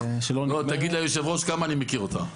תגיד ליושב-ראש כמה אני מכיר אותה.